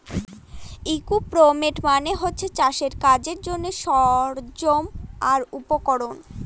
equipment মানে হচ্ছে চাষের কাজের জন্যে সরঞ্জাম আর উপকরণ